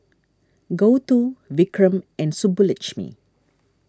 Gouthu Vikram and Subbulakshmi